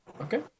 Okay